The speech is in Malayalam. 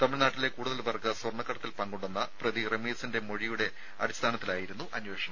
തമിഴ്നാട്ടിലെ കൂടുതൽ പേർക്ക് സ്വർണ്ണക്കടത്തിൽ പങ്കുണ്ടെന്ന റമീസിന്റെ മൊഴിയുടെ അടിസ്ഥാനത്തിലായിരുന്നു അന്വേഷണം